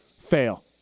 fail